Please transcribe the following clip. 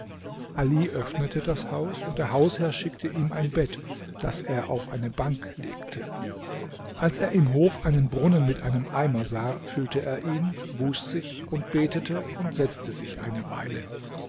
ali öffnete das haus und der hausherr schickte ihm ein bett das er auf eine bank legte als er im hof einen brunnen mit einem eimer sah füllte er ihn wusch sich und betete und setzte sich eine weile